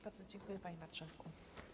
Bardzo dziękuję, panie marszałku.